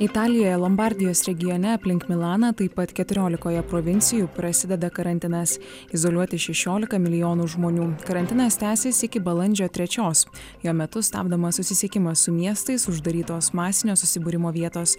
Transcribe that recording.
italijoje lombardijos regione aplink milaną taip pat keturiolikoje provincijų prasideda karantinas izoliuoti šešiolika milijonų žmonių karantinas tęsėsi iki balandžio trečios jo metu stabdomas susisiekimas su miestais uždarytos masinio susibūrimo vietos